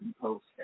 post